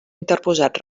interposat